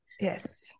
Yes